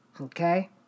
Okay